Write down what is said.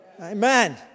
Amen